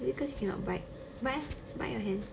is it because you cannot bite bite ah bite your hand